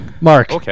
Mark